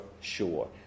sure